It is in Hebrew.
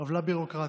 עוולה ביורוקרטית,